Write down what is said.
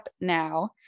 now